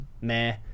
meh